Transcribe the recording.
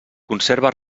conserva